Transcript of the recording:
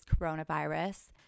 coronavirus